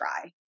try